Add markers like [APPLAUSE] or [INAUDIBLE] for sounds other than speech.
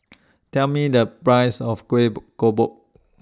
Tell Me The Price of Kueh [UNINTELLIGIBLE]